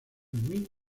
muy